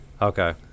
Okay